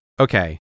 Okay